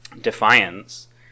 Defiance